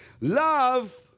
Love